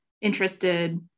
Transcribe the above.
interested